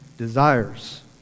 Desires